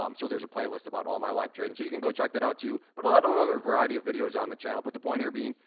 um so there's a playlist about all my live training. so you can go check that out too, but a lot of of other variety of videos on the channel, but the point here being,